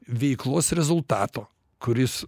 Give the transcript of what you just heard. veiklos rezultato kuris